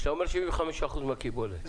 כשאתה אומר 75% מהקיבולת פרט.